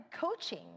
coaching